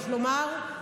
יש לומר,